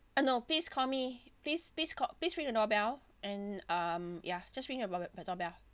uh no please call me please please call please ring the doorbell and um ya just ring the doorbell the doorbell